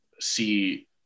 see